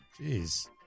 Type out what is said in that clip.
Jeez